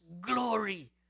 glory